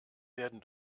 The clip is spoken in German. werden